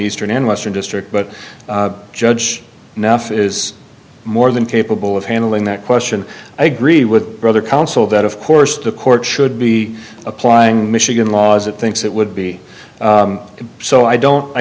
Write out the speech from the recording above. eastern and western district but judge enough is more than capable of handling that question i agree with brother counsel that of course the court should be applying michigan law as it thinks it would be so i don't